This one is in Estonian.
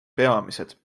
peamised